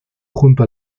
junto